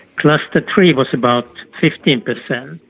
cluster three was about fifteen percent,